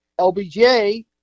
LBJ